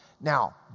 Now